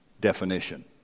definition